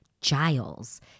Giles